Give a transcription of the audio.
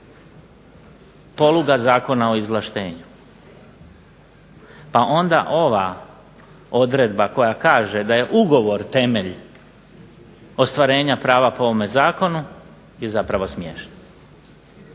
poluga Zakona o izvlaštenju? Pa onda ova odredba koja kaže da je ugovor temelj ostvarenja prava po ovome zakonu je zapravo smiješna.